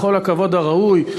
בכל הכבוד הראוי,